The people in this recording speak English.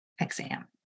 exam